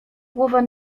głowę